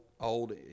old